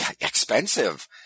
expensive